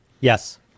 yes